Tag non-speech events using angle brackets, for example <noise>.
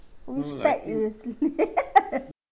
who's pet is late <laughs>